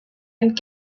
and